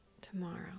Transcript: tomorrow